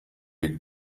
big